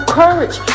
courage